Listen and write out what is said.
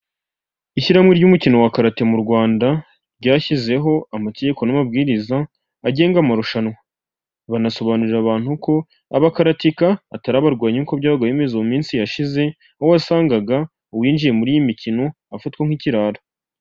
Ishyirahamwe ry'umukino wa karate mu Rwanda, ryashyizeho amategoko n'amabwiriza agenga amarushanwa, banasobanurira abantu ko abakatika atarabarwanya nk'uko byaba bimeze mu minsi yashize, uhoo wasangaga uwinjiye muri iyi mikino afatwa nk'ikirara.